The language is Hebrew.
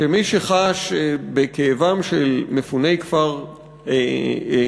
שמי שחש בכאבם של מפוני כפר גוש-קטיף